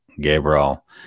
Gabriel